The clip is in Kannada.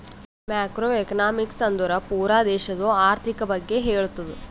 ಮ್ಯಾಕ್ರೋ ಎಕನಾಮಿಕ್ಸ್ ಅಂದುರ್ ಪೂರಾ ದೇಶದು ಆರ್ಥಿಕ್ ಬಗ್ಗೆ ಹೇಳ್ತುದ